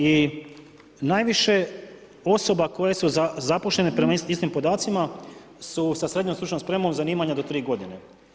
I najviše osoba koje su zaposlene prema istim podacima su sa srednjom stručnom spremom zanimanja do tri godine.